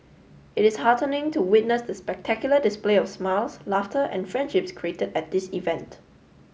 it is heartening to witness the spectacular display of smiles laughter and friendships created at this event